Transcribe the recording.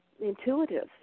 intuitive